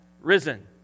risen